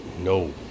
No